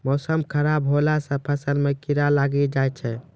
मौसम खराब हौला से फ़सल मे कीड़ा लागी जाय छै?